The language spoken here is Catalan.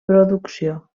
producció